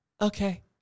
Okay